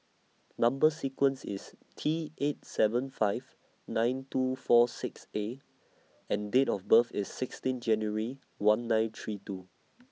Number sequence IS T eight seven five nine two four six A and Date of birth IS sixteen January one nine three two